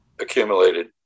accumulated